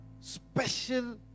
special